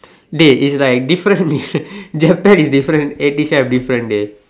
dey is like different dishes they have pack is different eighteen chef different dey